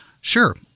Sure